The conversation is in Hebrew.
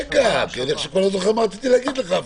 כי אני לא זוכר מה רציתי להגיד לך.